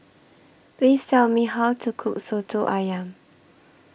Please Tell Me How to Cook Soto Ayam